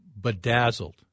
Bedazzled